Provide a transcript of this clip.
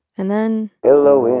and then. hello in